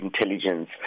intelligence